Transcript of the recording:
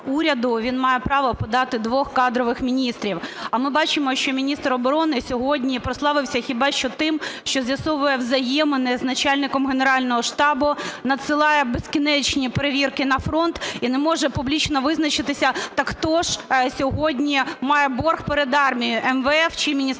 він має право подати двох кадрових міністрів. А ми бачимо, що міністр оборони сьогодні прославився хіба що тим, що з'ясовує взаємини з начальником Генерального штабу, надсилає безкінечні перевірки на фронт і не може публічно визначитися, так хто ж сьогодні має борг перед армією – МВФ чи Міністерство